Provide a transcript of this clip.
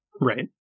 Right